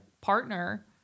partner